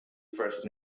first